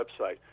website